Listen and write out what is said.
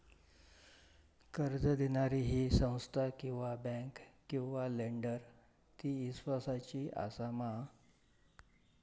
कर्ज दिणारी ही संस्था किवा बँक किवा लेंडर ती इस्वासाची आसा मा?